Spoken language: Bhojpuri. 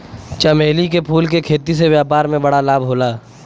चमेली के फूल के खेती से व्यापार में बड़ा लाभ होला